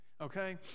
okay